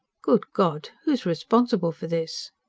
good god! who is responsible for this?